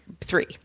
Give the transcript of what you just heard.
three